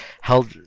held